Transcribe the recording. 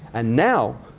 and now,